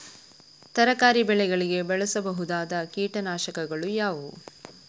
ತರಕಾರಿ ಬೆಳೆಗಳಿಗೆ ಬಳಸಬಹುದಾದ ಕೀಟನಾಶಕಗಳು ಯಾವುವು?